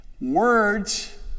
Words